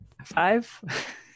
five